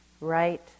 right